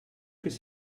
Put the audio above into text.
his